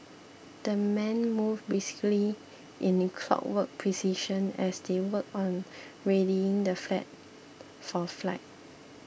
the men moved briskly in clockwork precision as they worked on readying the flag for flight